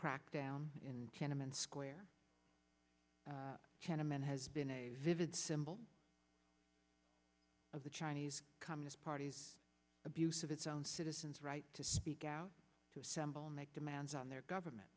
crackdown in tenement square chinamen has been a vivid symbol of the chinese communist party's abuse of its own citizens right to speak out to assemble make demands on their government